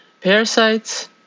Parasites